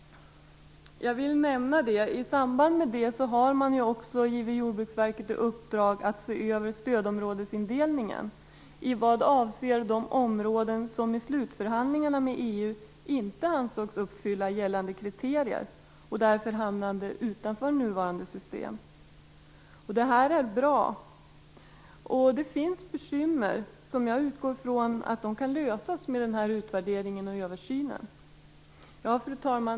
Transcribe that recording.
Jag vill nämna att man i samband med det har givit Jordbruksverket i uppdrag att se över stödområdesindelningen i vad avser de områden som i slutförhandlingarna med EU inte ansågs uppfylla gällande kriterier och därför hamnade utanför nuvarande system. Detta är bra. Jag utgår från att man med denna utvärdering och översyn kan komma till rätta med de bekymmer som finns. Fru talman!